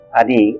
adi